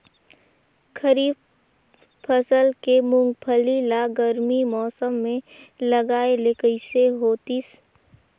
खरीफ फसल के मुंगफली ला गरमी मौसम मे लगाय ले कइसे होतिस?